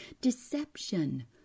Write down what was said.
deception